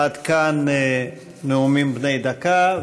עד כאן נאומים בני דקה.